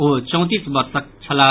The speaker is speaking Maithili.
ओ चौंतीस वर्षक छलाह